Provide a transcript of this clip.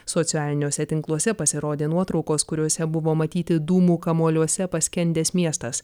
socialiniuose tinkluose pasirodė nuotraukos kuriose buvo matyti dūmų kamuoliuose paskendęs miestas